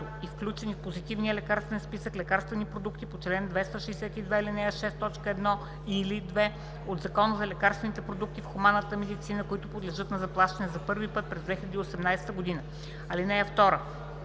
и включени в позитивния лекарствен списък лекарствени продукти по чл. 262, ал. 6, т. 1 или 2 от Закона за лекарствените продукти в хуманната медицина, които подлежат на заплащане за първи път през 2018 г. (2)